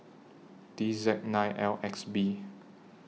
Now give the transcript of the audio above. D Z nine L X B